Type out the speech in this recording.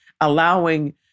allowing